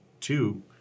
two